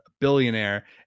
billionaire